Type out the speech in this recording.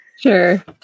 Sure